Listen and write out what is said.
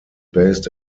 based